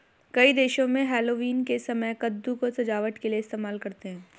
कई देशों में हैलोवीन के समय में कद्दू को सजावट के लिए इस्तेमाल करते हैं